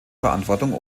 verantwortung